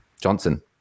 Johnson